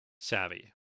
savvy